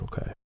Okay